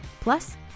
plus